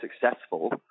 successful